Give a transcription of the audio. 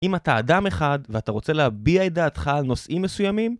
אם אתה אדם אחד ואתה רוצה להביע את דעתך על נושאים מסוימים?